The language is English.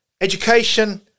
education